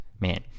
man